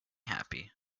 happy